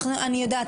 אני יודעת,